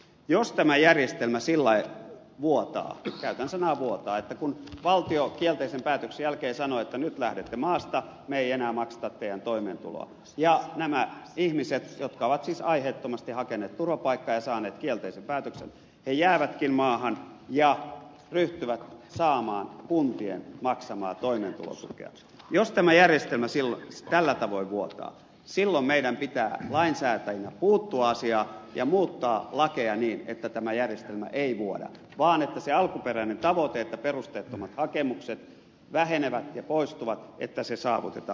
jos tämä järjestelmä sillä lailla vuotaa käytän sanaa vuotaa että kun valtio kielteisen päätöksen jälkeen sanoo että nyt lähdette maasta me emme enää maksa teidän toimeentuloanne ja nämä ihmiset jotka ovat siis aiheettomasti hakeneet turvapaikkaa ja saaneet kielteisen päätöksen jäävätkin maahan ja ryhtyvät saamaan kuntien maksamaa toimeentulotukea jos tämä järjestelmä sillä tällä tavoin vuotoja silloin meidän pitää lainsäätäjinä puuttua asiaan ja muuttaa lakeja niin että tämä järjestelmä ei vuoda vaan se alkuperäinen tavoite että perusteettomat hakemukset vähenevät ja poistuvat saavutetaan